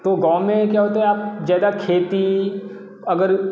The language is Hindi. तो गाँव में क्या होता है आप ज़्यादा खेती अगर